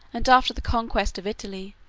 and after the conquest of italy,